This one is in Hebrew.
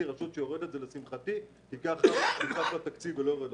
להם הרבה מאוד